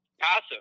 passive